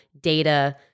data